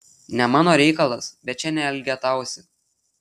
ne mano reikalas bet čia neelgetausi